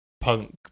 punk